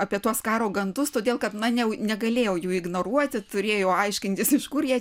apie tuos karo gandus todėl kad na jau negalėjau jų ignoruoti turėjo aiškintis iš kur jie